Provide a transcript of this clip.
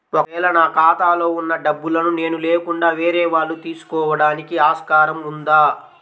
ఒక వేళ నా ఖాతాలో వున్న డబ్బులను నేను లేకుండా వేరే వాళ్ళు తీసుకోవడానికి ఆస్కారం ఉందా?